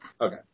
Okay